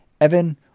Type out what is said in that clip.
Evan